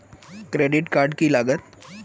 Credit card की लागत?